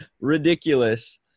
ridiculous